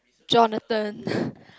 Jonathan